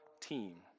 team